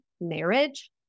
marriage